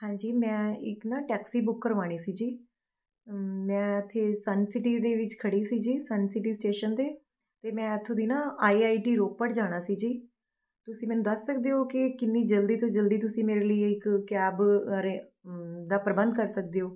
ਹਾਂਜੀ ਮੈਂ ਇੱਕ ਨਾ ਟੈਕਸੀ ਬੁੱਕ ਕਰਵਾਉਣੀ ਸੀ ਜੀ ਮੈਂ ਇੱਥੇ ਸਨ ਸਿਟੀ ਦੇ ਵਿੱਚ ਖੜ੍ਹੀ ਸੀ ਜੀ ਸਨ ਸਿਟੀ ਸਟੇਸ਼ਨ 'ਤੇ ਅਤੇ ਮੈਂ ਇੱਥੋਂ ਦੀ ਨਾ ਆਈ ਆਈ ਟੀ ਰੋਪੜ ਜਾਣਾ ਸੀ ਜੀ ਤੁਸੀਂ ਮੈਨੂੰ ਦੱਸ ਸਕਦੇ ਹੋ ਕਿ ਕਿੰਨੀ ਜਲਦੀ ਤੋਂ ਜਲਦੀ ਤੁਸੀਂ ਮੇਰੇ ਲਈ ਇੱਕ ਕੈਬ ਬਾਰੇ ਦਾ ਪ੍ਰਬੰਧ ਕਰ ਸਕਦੇ ਹੋ